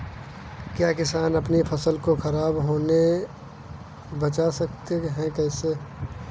क्या किसान अपनी फसल को खराब होने बचा सकते हैं कैसे?